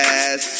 ass